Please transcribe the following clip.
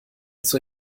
zur